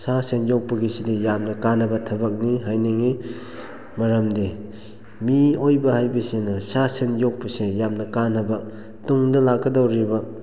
ꯁꯥ ꯁꯟ ꯌꯣꯛꯄꯒꯤꯁꯤꯗꯤ ꯌꯥꯝꯅ ꯀꯥꯟꯅꯕ ꯊꯕꯛꯅꯤ ꯍꯥꯏꯅꯤꯡꯉꯤ ꯃꯔꯝꯗꯤ ꯃꯤꯑꯣꯏꯕ ꯍꯥꯏꯕꯁꯤꯅ ꯁꯥ ꯁꯟ ꯌꯣꯛꯄꯁꯦ ꯌꯥꯝꯅ ꯀꯥꯟꯅꯕ ꯇꯨꯡꯗ ꯂꯥꯛꯀꯗꯧꯔꯤꯕ